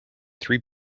three